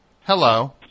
Hello